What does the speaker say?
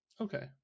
Okay